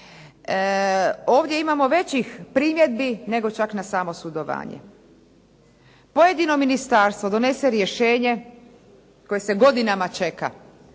Ovdje imamo većih primjedbi nego čak na samo sudovanje. Pojedino ministarstvo donese rješenje koje se godinama čeka,